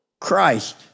Christ